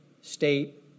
state